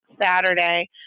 Saturday